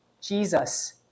Jesus